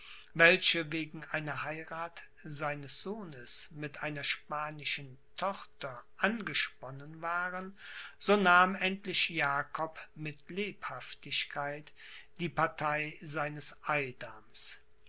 welche wegen einer heirath seines sohnes mit einer spanischen tochter angesponnen waren so nahm endlich jakob mit lebhaftigkeit die partei seines eidams